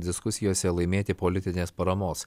diskusijose laimėti politinės paramos